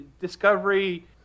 Discovery